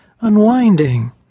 Unwinding